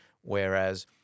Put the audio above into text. Whereas